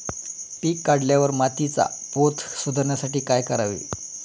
पीक काढल्यावर मातीचा पोत सुधारण्यासाठी काय करावे?